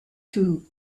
two